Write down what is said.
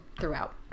throughout